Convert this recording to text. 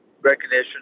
recognition